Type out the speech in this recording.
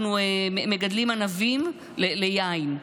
אנחנו מגדלים ענבים ליין.